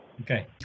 Okay